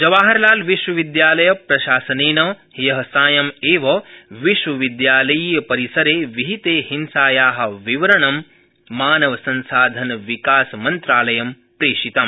जवाहरलालविश्वविद्यालयप्रशासनेन ह्य सायम् एव विश्वविद्यालयपरिसरे विहिते हिंसाया विस्तृतं विवरणं मानवसंसाधनविकासमन्त्रालयं प्रेषितम्